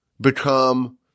become